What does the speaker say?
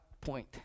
point